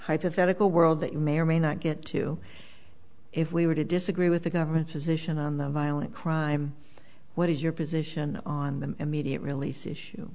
hypothetical world that you may or may not get to if we were to disagree with the government's position on the violent crime what is your position on the immediate release issue